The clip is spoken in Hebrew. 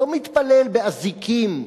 לא מתפלל באזיקים,